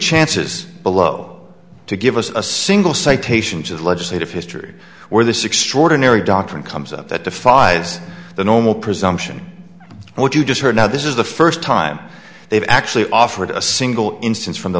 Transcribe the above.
chances below to give us a single citations of legislative history where this extraordinary doctrine comes up that defies the normal presumption what you just heard now this is the first time they've actually offered a single instance from the